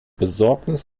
besorgnis